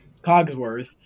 Cogsworth